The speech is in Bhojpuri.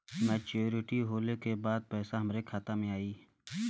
मैच्योरिटी होले के बाद पैसा हमरे खाता में आई?